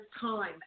time